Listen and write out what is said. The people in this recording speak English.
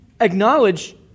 acknowledge